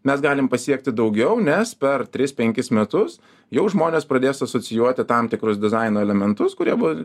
mes galim pasiekti daugiau nes per tris penkis metus jau žmonės pradės asocijuoti tam tikrus dizaino elementus kurie buvo